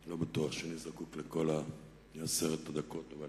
לא בטוח שאני זקוק לכל עשר הדקות, אבל